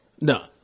no